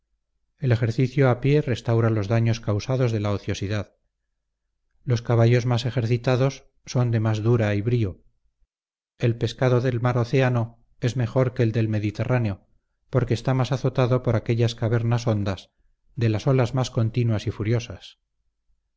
el ejercicio a pie restaura los daños causados de la ociosidad los caballos más ejercitados son de más dura y brio el pescado del mar océano es mejor que del mediterráneo porque está más azotado por aquellas cavernas hondas de las olas más continuas y furiosas